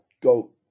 go